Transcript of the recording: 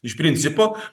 iš principo